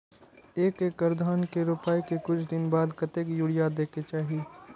एक एकड़ धान के रोपाई के कुछ दिन बाद कतेक यूरिया दे के चाही?